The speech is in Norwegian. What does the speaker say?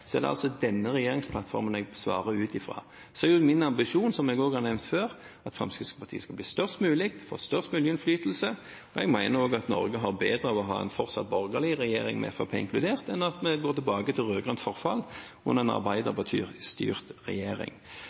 er det den nåværende regjeringsplattformen jeg svarer ut fra. Min ambisjon er – som jeg også har nevnt før – at Fremskrittspartiet skal bli størst mulig og få størst mulig innflytelse. Og jeg mener også at Norge har bedre av å ha en fortsatt borgerlig regjering, med Fremskrittspartiet inkludert, enn av at vi går tilbake til rød-grønt forfall under en arbeiderpartistyrt regjering.